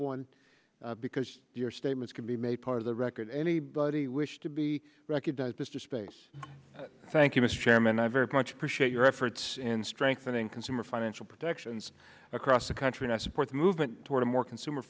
one because your statements can be made part of the record anybody wish to be recognized mr space thank you mr chairman i very much appreciate your efforts in strengthening consumer financial protection and across the country i support the movement toward a more consumer